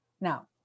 now